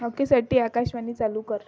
हॉकीसाठी आकाशवाणी चालू कर